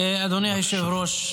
אדוני היושב-ראש,